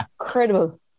incredible